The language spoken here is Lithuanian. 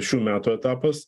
šių metų etapas